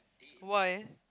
why